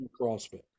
CrossFit